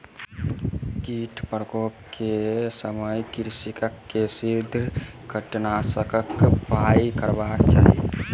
कीट प्रकोप के समय कृषक के शीघ्र कीटनाशकक उपयोग करबाक चाही